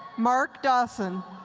mark dhason.